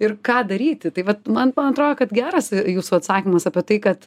ir ką daryti tai vat man atrodo kad geras jūsų atsakymas apie tai kad